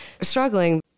struggling